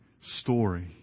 story